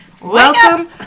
Welcome